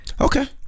okay